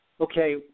Okay